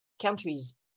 countries